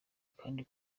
kandi